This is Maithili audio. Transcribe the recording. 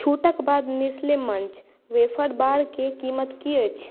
छूटक बाद नेस्ले मंच वेफर बार के कीमत की अछि